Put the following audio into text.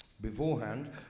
beforehand